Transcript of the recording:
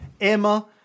Emma